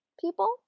people